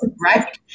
right